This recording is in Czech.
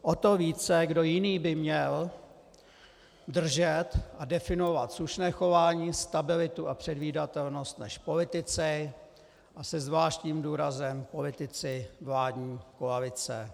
O to více kdo jiný by měl držet a definovat slušné chování, stabilitu a předvídatelnost než politici, a se zvláštním důrazem politici vládní koalice?